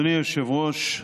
אדוני היושב-ראש,